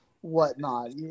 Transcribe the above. whatnot